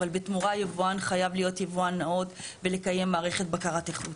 אבל בתמורה יבואן חייב להיות יבואן נאות ולקיים מערכת בקרת איכות.